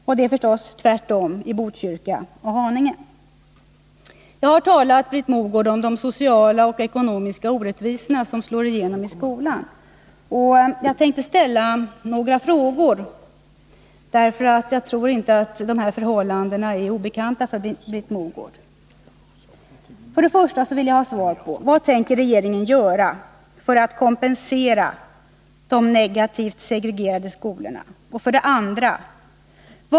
Och det är förstås tvärtom i Botkyrka och Haninge. Jag har, Britt Mogård, talat om de sociala och ekonomiska orättvisorna, som slår igenom i skolan. Jag tänkte ställa några frågor — jag tror inte att de här förhållandena är obekanta för Britt Mogård.